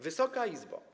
Wysoka Izbo!